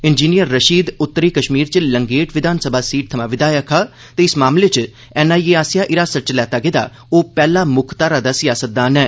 engineer Rashid उत्तरी कश्मीर च लंगेट विधानसभा सीट थमां विधायक हा ते इस मामले च एन आई ए आसेआ हिरासत च लैता गेदा ओह् पैह्ला मुक्खघारा दा सियासतदान ऐ